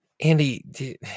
Andy